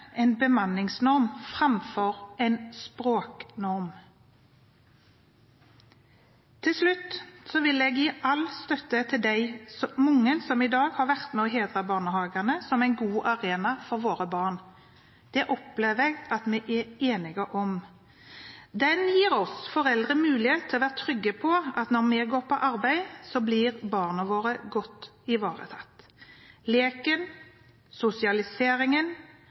en bemanningsnorm framfor en språknorm. Til slutt vil jeg gi all støtte til de mange som i dag har vært med og hedret barnehagene som en god arena for våre barn. Det opplever jeg at vi er enige om. Den gir oss foreldre mulighet til å være trygge på at når vi går på arbeid, blir barna våre godt ivaretatt. Leken, sosialiseringen,